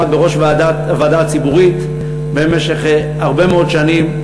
ועמד בראש המועצה הציבורית במשך הרבה מאוד שנים,